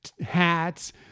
hats